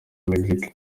mexique